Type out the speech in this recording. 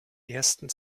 ersten